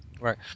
right